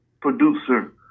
producer